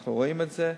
אנחנו רואים את זה.